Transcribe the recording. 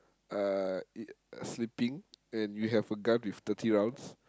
uh it sleeping and you have a gun with thirty rounds